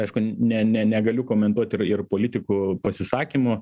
aišku ne ne negaliu komentuot ir ir politikų pasisakymų